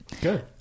Good